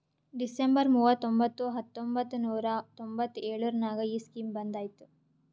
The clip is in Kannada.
ಡಿಸೆಂಬರ್ ಮೂವತೊಂಬತ್ತು ಹತ್ತೊಂಬತ್ತು ನೂರಾ ತೊಂಬತ್ತು ಎಳುರ್ನಾಗ ಈ ಸ್ಕೀಮ್ ಬಂದ್ ಐಯ್ತ